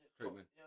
treatment